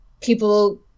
people